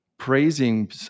praising